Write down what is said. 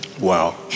Wow